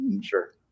Sure